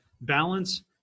balance